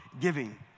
giving